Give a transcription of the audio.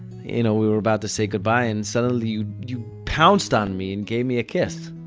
you know we were about to say goodbye and suddenly you, you pounced on me and gave me a kiss.